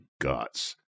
guts